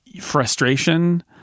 frustration